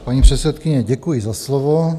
Paní předsedkyně, děkuji za slovo.